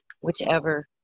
whichever